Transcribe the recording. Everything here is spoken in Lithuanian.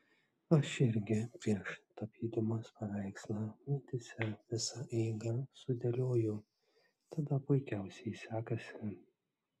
aš irgi prieš tapydamas paveikslą mintyse visą eigą sudėlioju tada puikiausiai sekasi